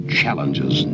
challenges